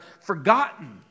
forgotten